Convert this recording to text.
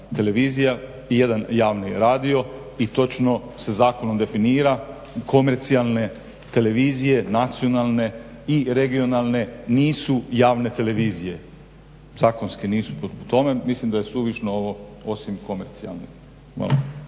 i jedan javni radio i točno se zakonom definira komercijalne televizije, nacionalne i regionalne nisu javne televizije. Zakonski nisu po tome. Mislim da je suvišno ovo osim komercijalnih.